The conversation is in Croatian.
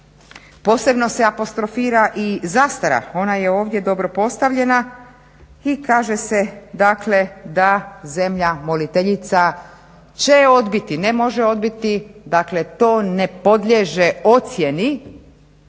Posebno se apostrofira i zastara, ona je ovdje dobro postavljena i kaže se dakle da zemlja moliteljica će odbiti, ne može odbiti, dakle to ne podliježe ocjeni